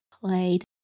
played